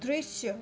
दृश्य